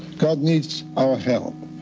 god needs our help